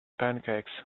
pancakes